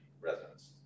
residents